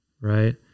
Right